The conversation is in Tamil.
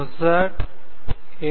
Mossad A